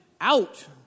out